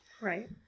Right